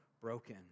broken